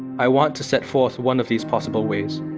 i want to set forth one of these possible ways